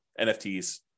NFTs